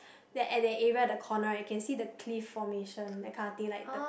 that at that area the corner right can see the cliff formation that kind of thing like the